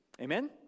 Amen